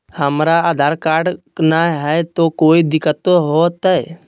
हमरा आधार कार्ड न हय, तो कोइ दिकतो हो तय?